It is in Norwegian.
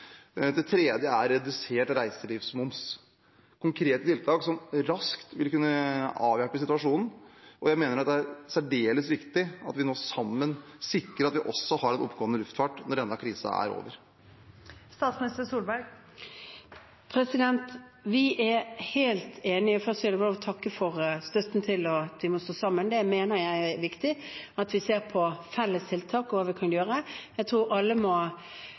Det tredje er redusert reiselivsmoms. Dette er konkrete tiltak som vil kunne avhjelpe situasjonen raskt, og jeg mener det er særdeles viktig at vi nå sammen sikrer at vi også har en oppegående luftfart når denne krisen er over. Vi er helt enige. Først vil jeg bare få takke for støtten til at vi må stå sammen. Jeg mener det er viktig at vi ser på felles tiltak, og hva vi kan gjøre. I året som kommer, tror jeg alle kanskje må